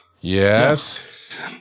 Yes